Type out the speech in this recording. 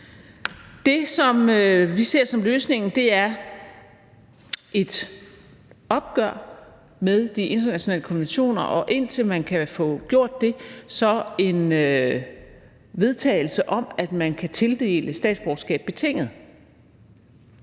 Det, som vi ser som løsningen, er et opgør med de internationale konventioner, og indtil man kan få gjort det så en vedtagelse om, at man kan tildele statsborgerskab betinget.